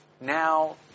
now